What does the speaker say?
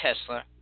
Tesla